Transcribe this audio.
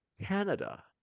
canada